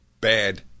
bad